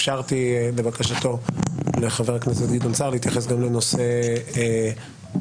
אפשרתי לבקשת חבר הכנסת סער להתייחס גם לנושא חוקי